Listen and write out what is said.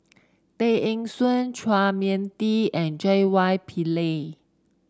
Tay Eng Soon Chua Mia Tee and J Y Pillay